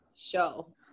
show